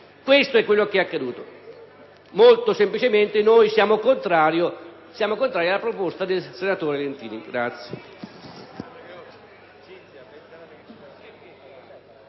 Questo è ciò che è avvenuto. Molto semplicemente, noi siamo contrari alla proposta del senatore Legnini. [LI